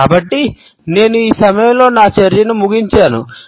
కాబట్టి నేను ఈ సమయంలో నా చర్చను ముగించాను